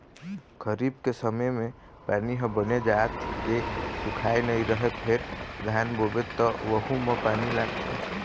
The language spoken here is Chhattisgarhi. खरीफ के समे के पानी ह बने जात के सुखाए नइ रहय फेर धान बोबे त वहूँ म पानी लागथे